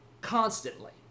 constantly